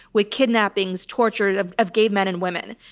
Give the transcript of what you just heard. with kidnappings, torture of of gay men and women.